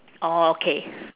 orh okay